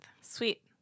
sweet